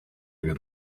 good